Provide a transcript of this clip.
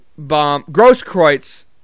Grosskreutz